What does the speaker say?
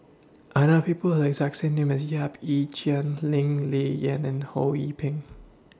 I know People The exact same name as Yap Ee Chian Lee Ling Yen and Ho Yee Ping